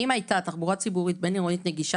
אם הייתה תחבורה ציבורית בין-עירונית נגישה,